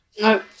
No